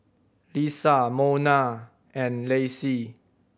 Liza Monna and Lacey